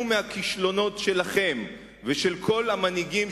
מהכישלונות שלכם ושל כל המנהיגים,